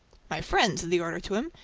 my friend, said the orator to him,